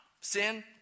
Sin